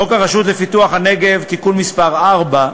חוק הרשות לפיתוח הנגב (תיקון מס' 4),